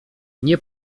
nie